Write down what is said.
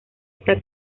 esta